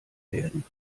werden